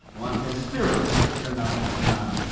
one has spirits, and another has none.